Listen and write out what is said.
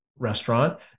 restaurant